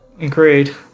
Agreed